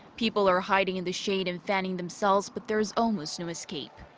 people are hiding in the shade and fanning themselves, but there's almost no escape.